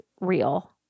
real